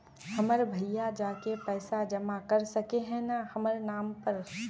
हमर भैया जाके पैसा जमा कर सके है न हमर नाम पर?